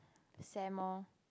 Sam orh